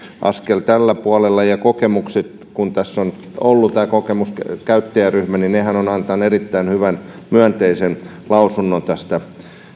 askel tällä puolella kun tässä on ollut tämä kokemuskäyttäjäryhmä niin hehän ovat antaneet erittäin hyvän myönteisen lausunnon tästä